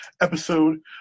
episode